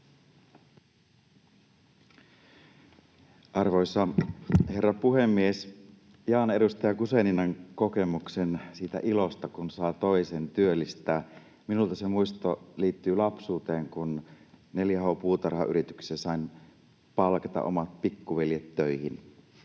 Arvoisa herra puhemies! Jaan edustaja Guzeninan kokemuksen siitä ilosta, kun saa toisen työllistää. Minulla se muisto liittyy lapsuuteeni, kun 4H-puutarhayrityksessä sain palkata omat pikkuveljet töihin.